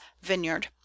vineyard